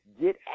Get